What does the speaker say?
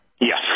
Yes